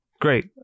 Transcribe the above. Great